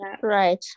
Right